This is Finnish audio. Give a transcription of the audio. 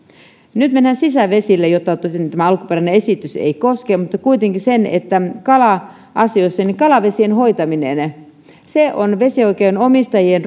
nyt mennään sisävesille joita tosin tämä alkuperäinen esitys ei koske mutta kuitenkin kala asioissa kalavesien hoitaminen on vesioikeuden omistajien